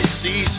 see